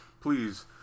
please